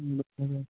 हं हूं हूं